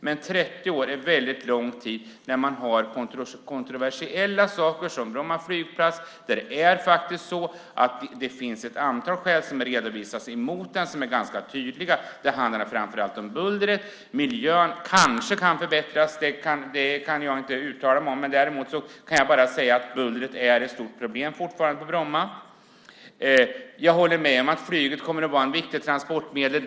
Men 30 år är väldigt lång tid när man har kontroversiella saker som Bromma flygplats. Det finns ett antal ganska tydliga skäl som redovisas emot den. Det handlar framför allt om bullret. Miljön kanske kan förbättras; det kan jag inte uttala mig om. Men jag kan säga att bullret fortfarande är ett stort problem på Bromma. Jag håller med om att flyget kommer att vara ett viktigt transportmedel.